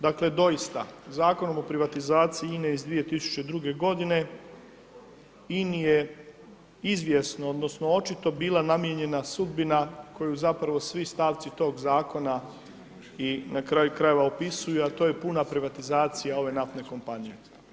Dakle, doista Zakonom o privatizaciji INA-e iz 2002.g., INA-i je izvjesno odnosno očito bila namijenjena sudbina koju zapravo svi stavci tog zakona i, na kraju krajeva, opisuju, a to je puna privatizacija ove naftne kompanije.